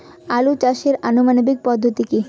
আলু চাষের আধুনিক পদ্ধতি কি?